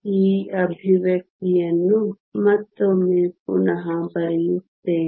ಈ ಎಕ್ಸ್ಪ್ರೆಶನ್ ಅನ್ನು ಮತ್ತೊಮ್ಮೆ ಪುನಃ ಬರೆಯುತ್ತೇನೆ